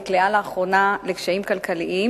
נקלעה לאחרונה לקשיים כלכליים,